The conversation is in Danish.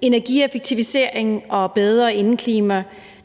Energieffektivisering og bedre indeklima